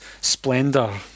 splendor